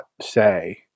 say